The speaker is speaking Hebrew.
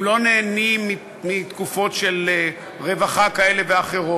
הם לא נהנים מתקופות של רווחה כזאת ואחרת.